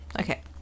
Okay